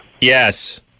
Yes